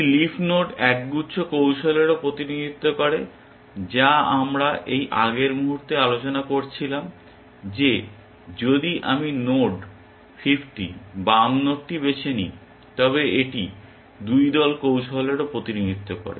একটি leaf node এক গুচ্ছ কৌশলেরও প্রতিনিধিত্ব করে যা আমরা এই আগের মুহুর্তে আলোচনা করছিলাম যে যদি আমি এই নোড 50 বাম নোডটি বেছে নিই তবে এটি 2 দল কৌশলেরও প্রতিনিধিত্ব করে